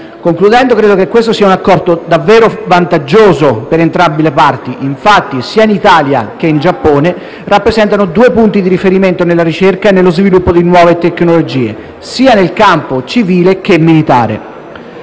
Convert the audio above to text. conclusione, credo che questo sia un Accordo davvero vantaggioso per entrambe le parti. Infatti, sia l'Italia che il Giappone rappresentano due punti di riferimento nella ricerca e nello sviluppo di nuove tecnologie, in campo civile e militare.